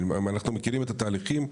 אנחנו מכירים את התהליכים,